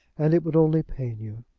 and it would only pain you.